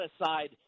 aside